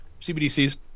cbdc's